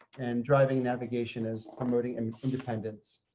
and driving navigation is promoting and independence.